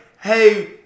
hey